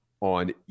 on